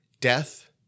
death